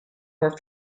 were